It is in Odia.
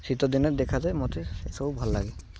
ଶୀତ ଦିନେ ଦେଖାଯାଏ ମତେ ସେସବୁ ଭଲ ଲାଗେ